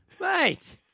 Mate